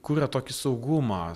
kuria yra tokį saugumą